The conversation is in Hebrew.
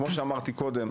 כמו שאמרתי קודם,